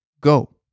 Go